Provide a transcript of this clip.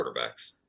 quarterbacks